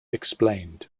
explained